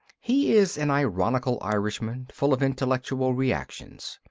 he is an ironical irishman, full of intellectual reactions.